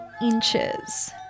inches